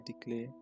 declare